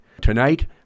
Tonight